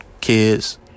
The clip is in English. kids